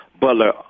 Butler